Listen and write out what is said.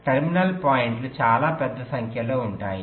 terminal పాయింట్లు చాలా పెద్ద సంఖ్యలో ఉంటాయి